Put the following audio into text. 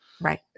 Right